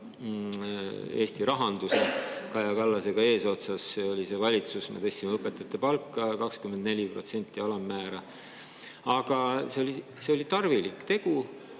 Eesti rahanduse, Kaja Kallasega eesotsas. See oli see valitsus. Me tõstsime õpetajate palka 24% alammäära. Aga see oli tarvilik tegu,